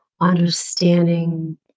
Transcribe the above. understanding